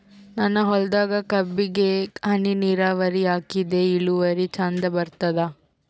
ನನ್ನ ಹೊಲದಾಗ ಕಬ್ಬಿಗಿ ಹನಿ ನಿರಾವರಿಹಾಕಿದೆ ಇಳುವರಿ ಚಂದ ಬರತ್ತಾದ?